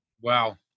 Wow